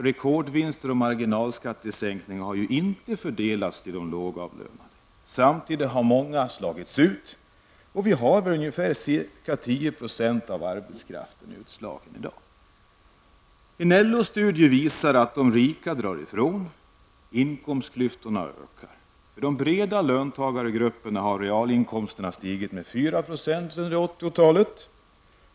Rekordvinster och marginalskattesänkningar har inte fördelats till de lågavlönade. Samtidit har många slagits ut. Vi har ungefär 10 % av arbetskraften utslagen i dag. En LO-studie visar att de rika drar ifrån -- inkomstklyftorna ökar. För de breda löntagargrupperna har realinkomsterna stigit med 4 % under 80-talet.